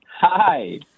Hi